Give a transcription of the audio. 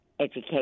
education